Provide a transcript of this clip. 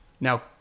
Now